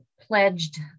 pledged